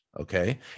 okay